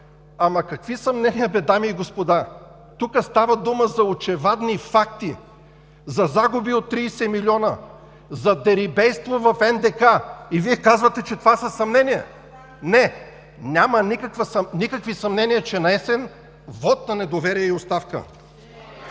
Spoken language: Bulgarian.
Ама, какви съмнения бе, дами и господа? Тук става дума за очевадни факти, за загуби от 30 милиона, за дерибейство в НДК, а Вие казвате, че това са съмнения. Не, няма никакви съмнения, че наесен – вот на недоверие и оставка.